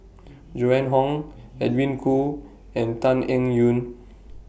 Joan Hon Edwin Koo and Tan Eng Yoon